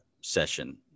session